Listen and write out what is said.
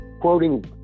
Quoting